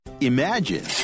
imagine